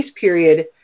period